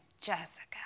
Jessica